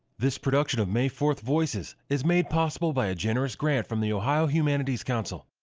this production of may fourth voices is made possible by a generous grant from the ohio humanities council.